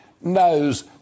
knows